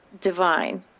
divine